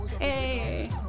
Hey